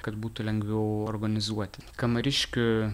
kad būtų lengviau organizuoti kamariškių